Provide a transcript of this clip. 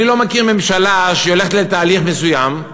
אני לא מכיר ממשלה שהולכת לתהליך מסוים,